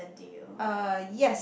uh yes